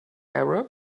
arab